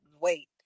wait